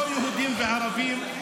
לא יהודים וערבים,